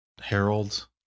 Harold